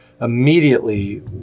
Immediately